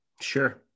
Sure